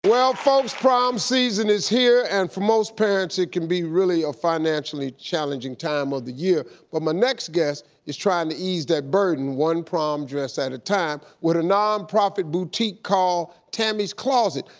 well folks, prom season is here and for most parents, it can be really a financially challenging time of the year, but my next guest is trying to ease that burden, one prom dress at a time, with a non-profit boutique called tammy's closet.